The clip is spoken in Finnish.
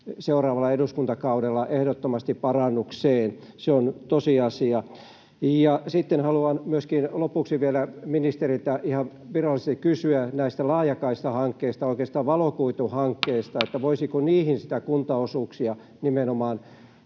seuraavalla eduskuntakaudella ehdottomasti parannukseen. Se on tosiasia. Ja sitten haluan lopuksi vielä ministeriltä ihan virallisesti kysyä näistä laajakaistahankkeista, oikeastaan valokuituhankkeista: voisiko niihin nimenomaan